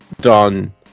done